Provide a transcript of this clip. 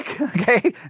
Okay